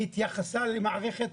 היא התייחסה למערכת,